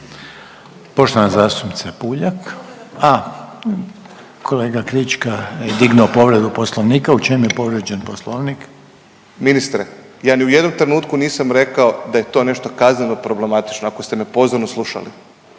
Poštovana zastupnica PUljak. A kolega Krička je dignuo povredu poslovnika. U čemu je povrijeđen poslovnik? **Krička, Marko (SDP)** Ministre, ja ni u jednom trenutku nisam rekao da je to nešto kazneno problematično ako ste me pozorno slušali,